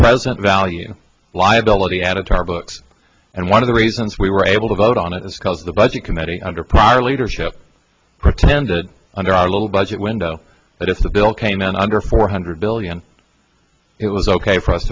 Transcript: present value liability added to our books and one of the reasons we were able to vote on it is because the budget committee under prior leadership pretended under our little budget window that if the bill came in under four hundred billion it was ok for us